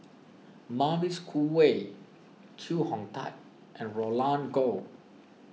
Mavis Khoo Oei Chee Hong Tat and Roland Goh